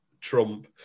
Trump